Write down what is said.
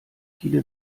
viele